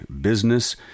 business